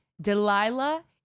Delilah